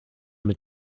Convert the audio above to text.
mit